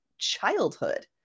childhood